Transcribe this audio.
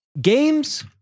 Games